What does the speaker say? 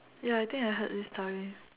ya I think I heard this story